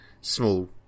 small